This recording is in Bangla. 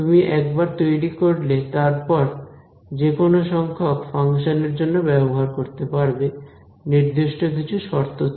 তুমি একবার তৈরি করলে তারপর যেকোন সংখ্যক ফাংশন এর জন্য ব্যবহার করতে পারবে নির্দিষ্ট কিছু শর্ত তে